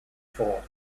thought